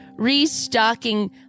restocking